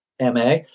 MA